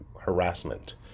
harassment